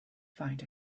find